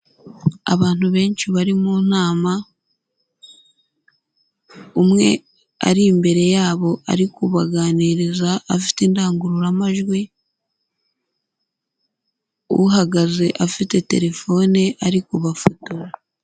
Abantu benshi bari mu nama, umwe ari imbere yabo, ari kubaganiriza afite indangururamajwi, uhagaze afite terefone ari kubafotora.